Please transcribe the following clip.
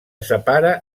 separa